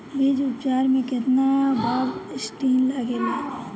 बीज उपचार में केतना बावस्टीन लागेला?